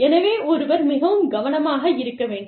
எனவே ஒருவர் மிகவும் கவனமாக இருக்க வேண்டும்